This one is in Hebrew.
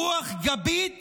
רוח גבית